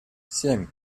семь